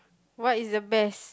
what is the best